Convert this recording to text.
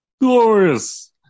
Glorious